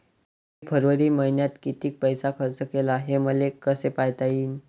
मी फरवरी मईन्यात कितीक पैसा खर्च केला, हे मले कसे पायता येईल?